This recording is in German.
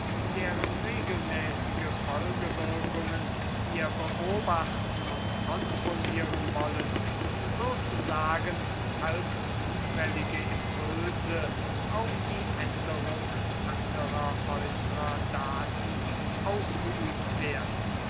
deren regelmäßige folgewirkungen wir beobachten und kontrollieren wollen sozusagen halbzufällige impulse auf die änderung anderer äußerer daten ausgeübt werden